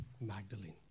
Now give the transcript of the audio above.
Magdalene